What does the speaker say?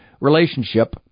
relationship